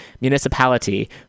Municipality